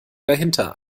dahinter